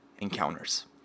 encounters